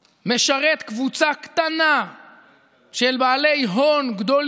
אתמול ישבתי עם אנשי עולם התיירות הנכנסת והיוצאת.